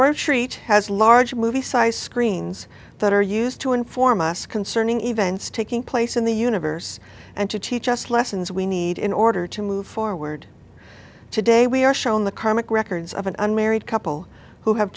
our treat has large movie sized screens that are used to inform us concerning events taking place in the universe and to teach us lessons we need in order to move forward today we are shown the karmic records of an unmarried couple who have